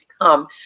come